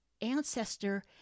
ancestor